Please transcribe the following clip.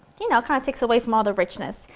you know, kind of takes away from all the richness.